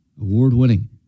award-winning